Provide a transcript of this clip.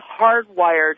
hardwired